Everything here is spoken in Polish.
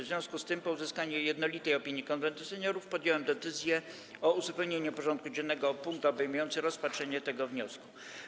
W związku z tym, po uzyskaniu jednolitej opinii Konwentu Seniorów, podjąłem decyzję o uzupełnieniu porządku dziennego o punkt obejmujący rozpatrzenie tego wniosku.